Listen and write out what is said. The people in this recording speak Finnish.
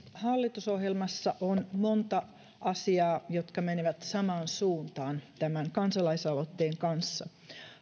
hallitusohjelmassa on monta asiaa jotka menevät samaan suuntaan tämän kansalaisaloitteen kanssa